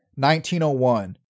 1901